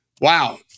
Wow